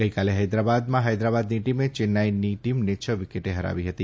ગઈકાલે ફૈદરાબાદમાં ફૈદરાબાદની ટીમે ચેન્નાઈની ટીમને છ વિકેટથી ફરાવી ફતી